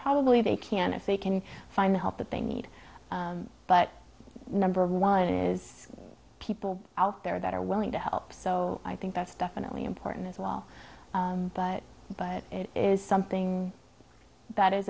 probably they can if they can find the help that they need but number one is people out there that are willing to help so i think that's definitely important as well but but it is something that is